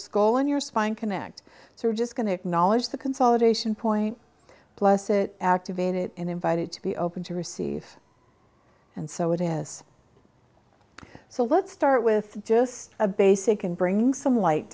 and your spine connect so we're just going to acknowledge the consolidation point plus it activated and invited to be open to receive and so it has so let's start with just a basic and bringing some light